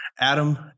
Adam